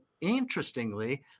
interestingly